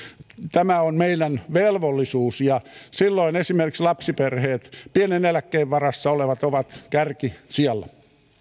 tämä on meidän velvollisuutemme ja silloin esimerkiksi lapsiperheet ja pienen eläkkeen varassa olevat ovat kärkisijalla